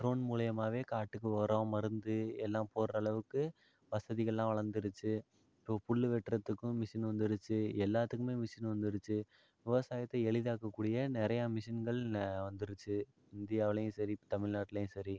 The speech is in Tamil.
ட்ரோன் மூலியமாகவே காட்டுக்கு உரம் மருந்து எல்லாம் போடுற அளவுக்கு வசதிகள்லாம் வளர்ந்துடுச்சி இப்போ புல் வெட்டுறத்துக்கும் மிஷின் வந்துடுச்சு எல்லாத்துக்குமே மிஷின் வந்துடுச்சு விவசாயத்தை எளிதாக்கக்கூடிய நிறையா மிஷின்கள் வந்துடுச்சு இந்தியாவுலையும் சரி தமிழ்நாட்லையும் சரி